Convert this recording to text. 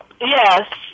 Yes